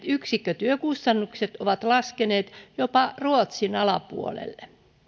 yksikkötyökustannukset ovat laskeneet jopa ruotsin alapuolelle